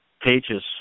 pages